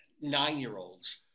nine-year-olds